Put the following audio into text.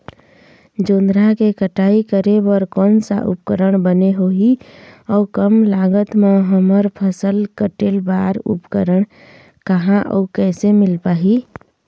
जोंधरा के कटाई करें बर कोन सा उपकरण बने होही अऊ कम लागत मा हमर फसल कटेल बार उपकरण कहा अउ कैसे मील पाही?